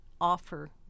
offer